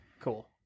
Cool